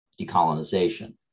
decolonization